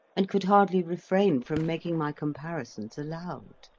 and could hardly refrain from making my comparisons aloud.